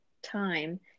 time